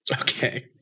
Okay